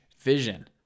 vision